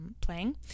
playing